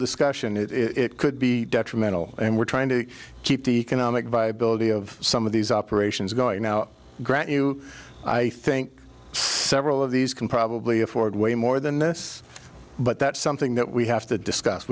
discussion it is it could be detrimental and we're trying to keep the economic viability of some of these operations going now grant you i think several of these can probably afford way more than this but that's something that we have to discuss